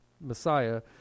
Messiah